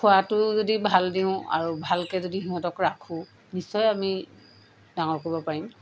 খোৱাটো যদি ভাল দিওঁ আৰু ভালকে যদি সিহঁতক ৰাখোঁ নিশ্চয় আমি ডাঙৰ কৰিব পাৰিম